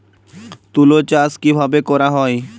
তুলো চাষ কিভাবে করা হয়?